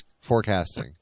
forecasting